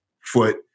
foot